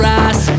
ass